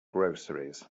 groceries